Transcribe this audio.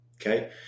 Okay